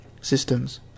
systems